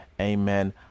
Amen